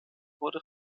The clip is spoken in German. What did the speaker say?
wurde